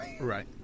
Right